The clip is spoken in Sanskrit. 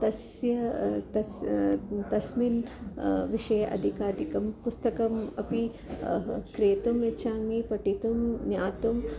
तस्य तस् तस्मिन् विषये अधिकाधिकं पुस्तकम् अपि क्रेतुम् इच्छामि पठितुं ज्ञातुम्